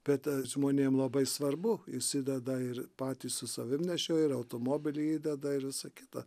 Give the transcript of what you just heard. bet žmonėm labai svarbu įsideda ir patys su savim nešioja ir automobilį įdeda ir visa kita